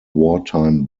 wartime